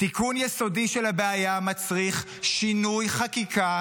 תיקון יסודי של הבעיה מצריך שינוי חקיקה